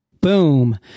Boom